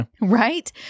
right